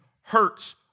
hurts